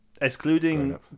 Excluding